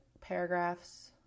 paragraphs